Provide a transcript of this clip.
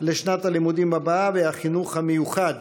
לשנת הלימודים הבאה, והחינוך המיוחד.